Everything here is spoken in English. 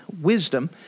wisdom